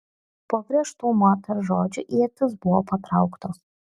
po griežtų moters žodžių ietys buvo patrauktos